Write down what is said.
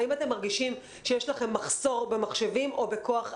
האם אתם מרגישים שיש לכם מחסור במחשבים או בכוח אדם?